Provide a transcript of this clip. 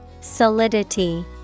Solidity